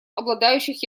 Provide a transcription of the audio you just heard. обладающих